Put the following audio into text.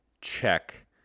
check